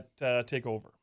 TakeOver